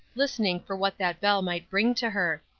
listening for what that bell might bring to her.